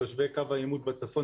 תושבי קו העימות בצפון,